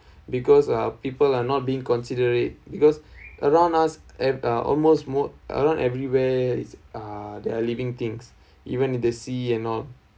because uh people are not being considerate because around us at uh almost mode around everywhere is uh there are living things even in the sea and all